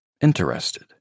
interested